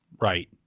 Right